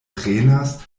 prenas